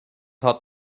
hat